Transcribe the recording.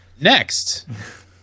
Next